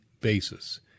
basis